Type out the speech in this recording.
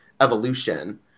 Evolution